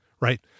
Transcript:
Right